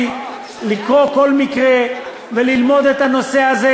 לקרוא כל מקרה וללמוד את הנושא הזה,